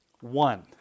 One